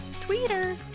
Twitter